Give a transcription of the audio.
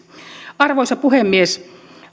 arvoisa puhemies